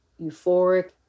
euphoric